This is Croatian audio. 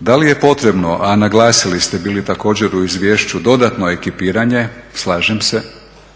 Da li je potrebno, a naglasili ste bili također u izvješću dodatno ekipiranje, slažem se,